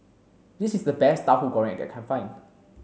this is the best tahu goreng that I can find